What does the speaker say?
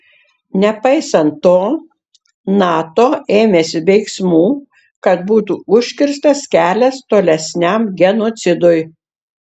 nepaisant to nato ėmėsi veiksmų kad būtų užkirstas kelias tolesniam genocidui